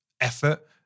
effort